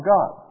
God